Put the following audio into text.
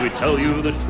tell you the